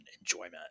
enjoyment